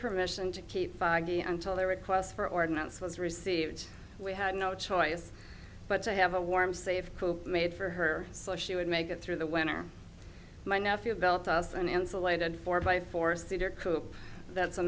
permission to keep until the requests for ordinance was received we had no choice but to have a warm safe made for her so she would make it through the winter my nephew developed an insulated four by four cedar coupe that's a